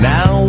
Now